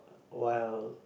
while